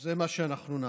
זה מה שאנחנו נעשה.